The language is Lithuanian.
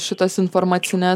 šitos informacinės